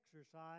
exercise